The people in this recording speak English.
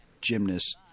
gymnasts